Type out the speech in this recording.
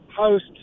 host